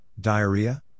diarrhea